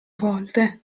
volte